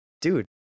Dude